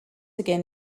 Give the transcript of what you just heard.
again